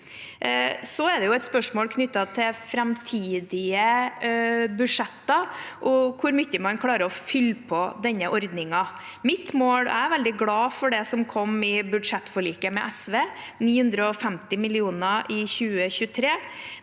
Så er dette et spørsmål knyttet til framtidige budsjetter og hvor mye man klarer å fylle på denne ordningen. Jeg er veldig glad for det som kom i budsjettforliket med SV: 950 mill. kr i 2023.